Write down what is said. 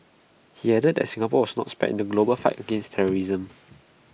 he added that Singapore was not spared in the global fight against terrorism